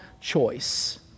choice